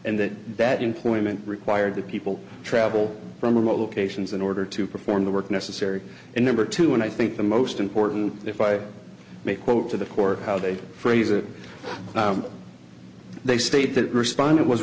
and that that employment required that people travel from remote locations in order to perform the work necessary and number two and i think the most important if i may quote to the court how they phrase it they state that respondent was